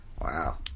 Wow